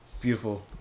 beautiful